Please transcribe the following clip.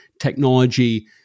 technology